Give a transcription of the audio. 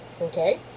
Okay